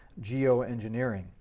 geoengineering